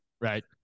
Right